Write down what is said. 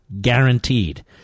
guaranteed